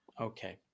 Okay